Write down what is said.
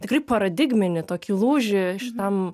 tikrai paradigminį tokį lūžį šitam